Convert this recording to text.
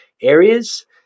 areas